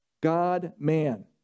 God-man